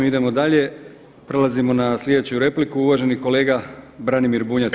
Idemo dalje. prelazimo na sljedeću repliku, uvaženi kolega Branimir Bunjac.